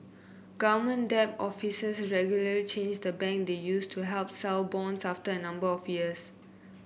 government debt officers regularly change the bank they use to help sell bonds after a number of years